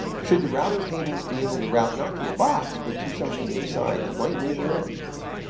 should the routing tables be able to route not to a box, but to something inside that might move around?